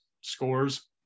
scores